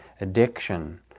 addiction